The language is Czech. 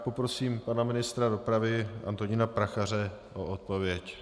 Poprosím pana ministra dopravy Antonína Prachaře o odpověď.